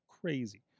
crazy